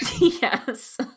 Yes